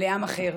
לעם אחר,